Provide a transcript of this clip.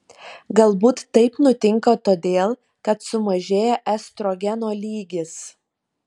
galbūt taip nutinka todėl kad sumažėja estrogeno lygis